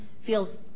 feels